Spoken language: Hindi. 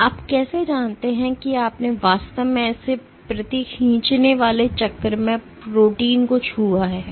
तो आप कैसे जानते हैं कि आपने वास्तव में ऐसे प्रति खींचने वाले चक्र में प्रोटीन को छुआ है